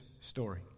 story